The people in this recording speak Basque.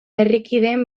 herrikideen